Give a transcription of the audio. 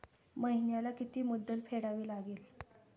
महिन्याला किती मुद्दल फेडावी लागेल?